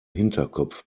hinterkopf